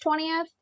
20th